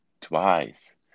twice